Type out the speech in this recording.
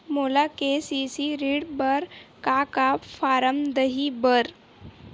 मोला के.सी.सी ऋण बर का का फारम दही बर?